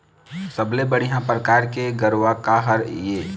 सबले बढ़िया परकार के गरवा का हर ये?